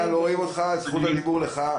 זכות הדיבור לך.